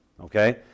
Okay